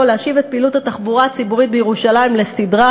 להשיב את פעילות התחבורה הציבורית בירושלים לסדרה.